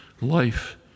life